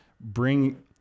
bring